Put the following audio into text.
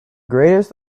greatest